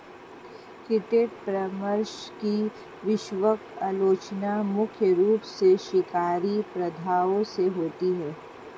credit परामर्श की वैश्विक आलोचना मुख्य रूप से शिकारी प्रथाओं से होती है